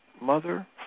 mother